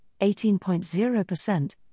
18.0%